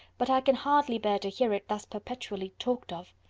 but i can hardly bear to hear it thus perpetually talked of.